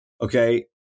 Okay